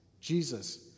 Jesus